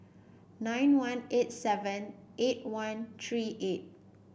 nine one eight seven eight one three eight